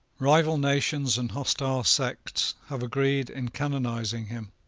rival nations and hostile sects have agreed in canonising him.